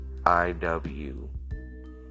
IW